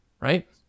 right